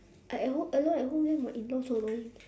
I at home alone at home then my in law so annoying